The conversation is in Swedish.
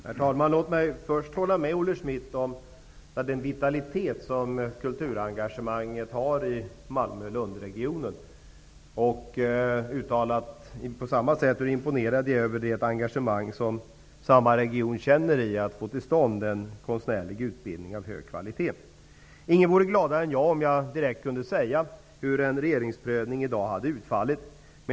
Herr talman! Låt mig först hålla med Olle Schmidt om den vitalitet som kulturengagemanget har i Malmö--Lund-regionen. Jag är på samma sätt imponerad över det engagemang som samma region känner i att få till stånd en konstnärlig utbildning av hög kvalitet. Ingen vore gladare än jag om jag direkt kunde säga hur en regeringsprövning i dag skulle utfalla.